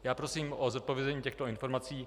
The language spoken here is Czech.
Já prosím o zodpovězení těchto informací.